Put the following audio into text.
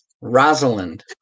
Rosalind